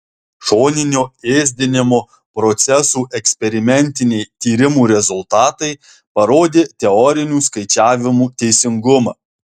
šoninio ėsdinimo procesų eksperimentiniai tyrimų rezultatai parodė teorinių skaičiavimų teisingumą